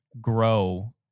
grow